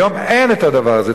היום אין הדבר הזה.